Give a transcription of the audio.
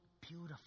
beautiful